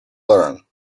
learn